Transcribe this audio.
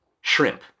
shrimp